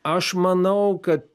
aš manau kad